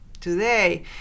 today